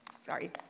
Sorry